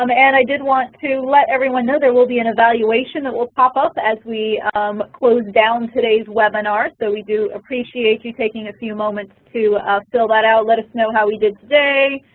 um and i did want to let everyone know that there will be an evaluation that will pop up as we close down today's webinar. so we do appreciate you taking a few moments to fill that out, let us know how we did today.